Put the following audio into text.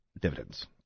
dividends